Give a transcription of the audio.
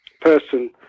person